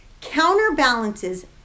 counterbalances